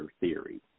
theory